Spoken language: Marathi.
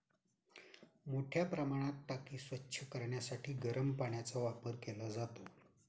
मोठ्या प्रमाणात टाकी स्वच्छ करण्यासाठी गरम पाण्याचा वापर केला जातो